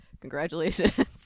Congratulations